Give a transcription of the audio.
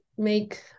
make